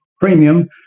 premium